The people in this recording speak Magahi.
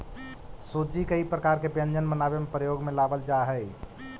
सूजी कई प्रकार के व्यंजन बनावे में प्रयोग में लावल जा हई